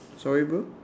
sorry bro